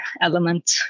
element